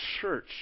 church